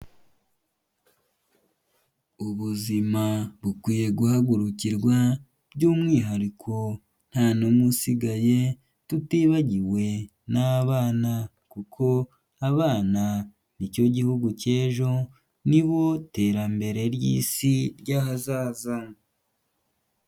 Ubuzima bukwiye guhagurukirwa by'umwihariko nta n'umwe usigaye tutibagiwe n'abana, kuko abana ni cyo gihugu cy'ejo, ni bo terambere ry'isi ry'ahazaza.